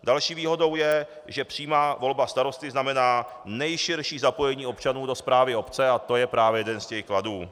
Další výhodou je, že přímá volba starosty znamená nejširší zapojení občanů do správy obce, a to je právě jeden z těch kladů.